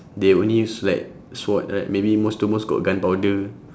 they only use like sword right maybe most to most got gunpowder